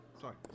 Sorry